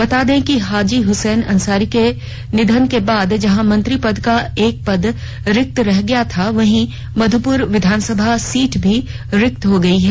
बता दें कि हाजी हसैन अंसारी के निधन होने के बाद जहां मंत्री का एक पद रिक्त हो गया था वहीं मध्यप्र विधानसभा सीट भी रिक्त हो गई है